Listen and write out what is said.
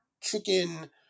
chicken